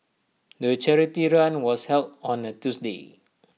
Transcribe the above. the charity run was held on A Tuesday